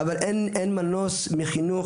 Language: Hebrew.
אבל אין מנוס מחינוך,